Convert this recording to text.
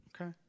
Okay